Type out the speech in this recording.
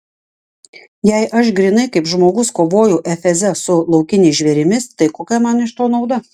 jei aš grynai kaip žmogus kovojau efeze su laukiniais žvėrimis tai kokia man iš to nauda